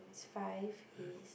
five is